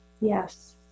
yes